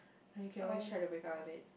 ya you can always try to break out of it